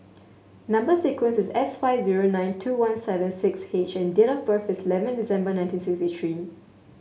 number sequence is S five zero nine two one seven six H and date of birth is eleven December nineteen sixty three